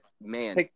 man